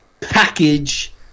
package